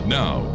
now